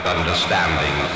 Understanding